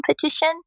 competition